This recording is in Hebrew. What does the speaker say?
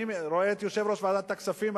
אני רואה את יושב-ראש ועדת הכספים,